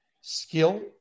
skill